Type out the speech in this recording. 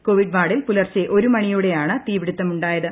Covid വാർഡിൽ പുലർച്ചെ ഒരു മണിയോടെയാണ് തീപിടുത്തമുണ്ടായത്